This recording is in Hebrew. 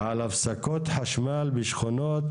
על הפסקות חשמל בשכונות